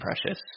Precious